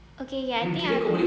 okay okay I think I